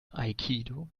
aikido